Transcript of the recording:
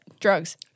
Drugs